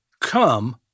Come